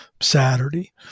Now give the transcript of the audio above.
Saturday